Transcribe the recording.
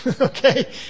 okay